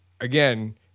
again